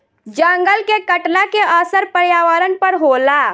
जंगल के कटला के असर पर्यावरण पर होला